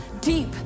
deep